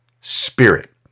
spirit